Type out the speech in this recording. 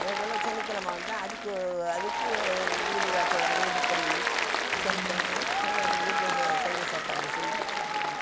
அதேப்போல் சனிக்கெழம வந்தால் அதுக்கு அதுக்கு வீடு வாசல் அதே சுத்தம் பண்ணி சனிக்கெழம விருந்து சைவ சாப்பாடு செஞ்சு சாப்பிடுவோம்